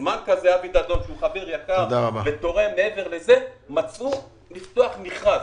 בזמן כזה - אבי דדון שהוא חבר יקר ותורם - מצאו לנכון לפתוח מכרז.